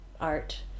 art